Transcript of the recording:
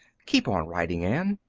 keep on writing, anne.